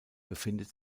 befindet